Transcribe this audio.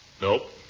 Nope